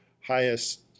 highest